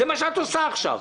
זה מה שאת עושה עכשיו.